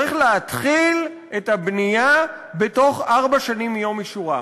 צריך להתחיל את הבנייה בתוך ארבע שנים מיום אישורה.